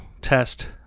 test